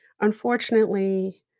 Unfortunately